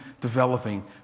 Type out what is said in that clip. developing